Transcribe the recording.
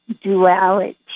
duality